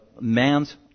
man's